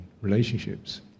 relationships